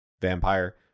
vampire